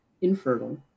infertile